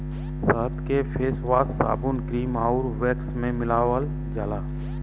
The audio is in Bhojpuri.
शहद के फेसवाश, साबुन, क्रीम आउर वैक्स में मिलावल जाला